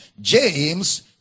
James